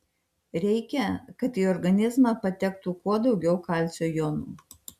reikia kad į organizmą patektų kuo daugiau kalcio jonų